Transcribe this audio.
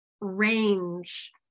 range